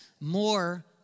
more